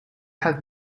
had